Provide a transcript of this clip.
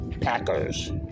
Packers